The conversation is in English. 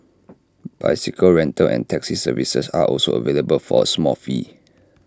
bicycle rental and taxi services are also available for A small fee